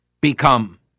become